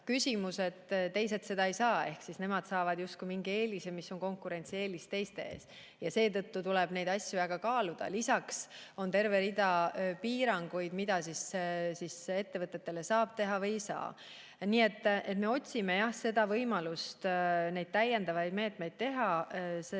et teised seda toetust ju ei saa. Ehk ühed saavad justkui mingi eelise, mis on konkurentsieelis teiste ees. Seetõttu tuleb neid asju väga kaaluda. Lisaks on terve rida piiranguid, mida ettevõtetele saab kehtestada või ei saa. Nii et me otsime võimalust täiendavaid meetmeid teha.